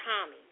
Tommy